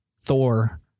Thor